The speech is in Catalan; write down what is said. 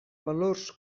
valors